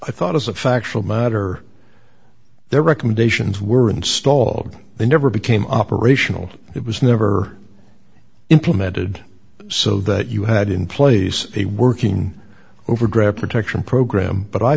i thought as a factual matter their recommendations were installed they never became operational it was never implemented so that you had in place a working overdraft protection program but i